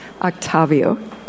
Octavio